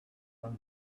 than